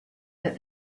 that